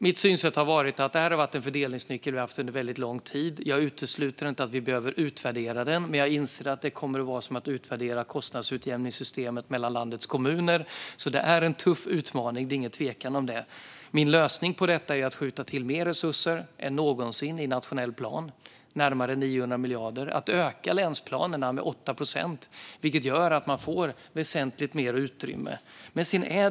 Mitt synsätt har varit att det här har funnits en fördelningsnyckel under lång tid. Jag utesluter inte att vi behöver utvärdera den, men jag inser att det kommer att vara som att utvärdera kostnadsutjämningssystemet mellan landets kommuner. Det råder inget tvivel om att det är en tuff utmaning. Min lösning är att skjuta till mer resurser än någonsin i nationell plan, närmare 900 miljarder. Länsplanerna ska öka med 8 procent, vilket gör att man får väsentligt mer utrymme. Fru talman!